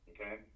okay